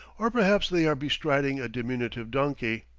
or perhaps they are bestriding a diminutive donkey,